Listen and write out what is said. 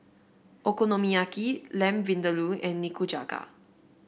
Okonomiyaki Lamb Vindaloo and Nikujaga